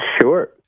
Sure